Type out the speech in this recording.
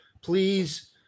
please